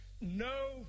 No